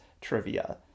Trivia